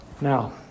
Now